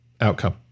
outcome